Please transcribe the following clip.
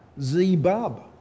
Zebub